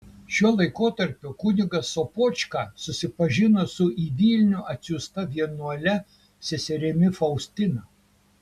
šiuo laikotarpiu kunigas sopočka susipažino su į vilnių atsiųsta vienuole seserimi faustina